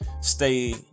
stay